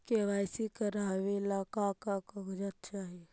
KYC करे ला का का कागजात चाही?